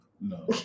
No